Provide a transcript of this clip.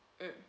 mm